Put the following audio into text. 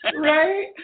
Right